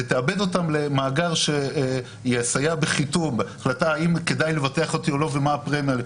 ותעבד אותם למאגר שיסייע בהחלטה אם כדאי לבטח אותי או לא ומה הפרמיה.